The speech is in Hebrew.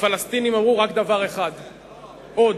הפלסטינים אמרו רק דבר אחד: עוד,